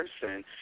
person